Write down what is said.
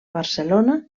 barcelona